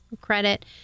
credit